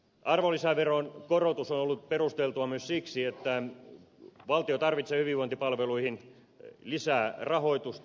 arvonlisäveron korotus on ollut perusteltua myös siksi että valtio tarvitsee hyvinvointipalveluihin lisää rahoitusta